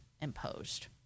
imposed